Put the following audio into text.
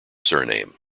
surname